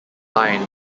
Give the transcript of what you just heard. line